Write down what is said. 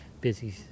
busy